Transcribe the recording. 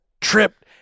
tripped